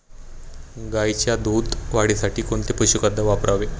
गाईच्या दूध वाढीसाठी कोणते पशुखाद्य वापरावे?